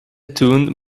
tune